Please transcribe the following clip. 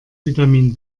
vitamin